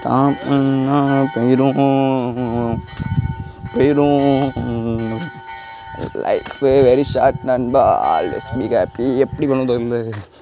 start பண்ணால் போயிடுவோம் போய்விடும் லைஃபு வெரி ஷார்ட் நண்பா ஆல்வேஸ் பி ஹாப்பி எப்படி சொல்கிறதுன்னு தெரியல